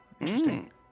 Interesting